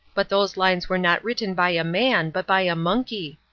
but those lines were not written by a man but by a monkey.